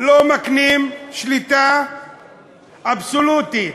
לא מקנים שליטה אבסולוטית